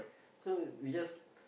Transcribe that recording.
so we just